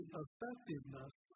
effectiveness